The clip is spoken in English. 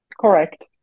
Correct